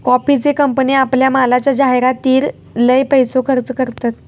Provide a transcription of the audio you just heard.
कॉफीचे कंपने आपल्या मालाच्या जाहीरातीर लय पैसो खर्च करतत